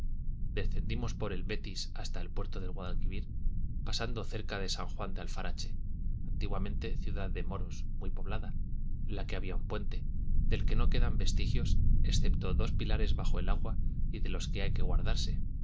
descendimos por el betis hasta el puente de guadalquivir pasando cerca de san juan de alfarache antiguamente ciudad de moros muy poblada en la que había un puente del que no quedan vestigios excepto dos pilares bajo el agua y de ios que hay que guardarse